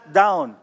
down